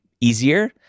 easier